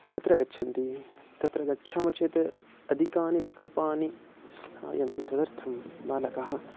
अत्र गच्छन्ति तत्र गच्छामः चेत् अधिकानि विकल्पानि आयान्ति तदर्थं बालकाः